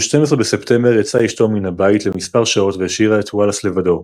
ב-12 בספטמבר יצאה אשתו מן הבית למספר שעות והשאירה את וולאס לבדו.